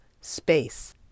space